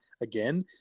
again